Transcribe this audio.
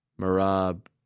Marab